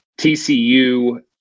TCU